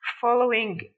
following